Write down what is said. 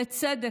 לצדק,